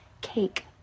cake